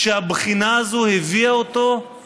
שהבחינה הזאת הביאה אותו לידי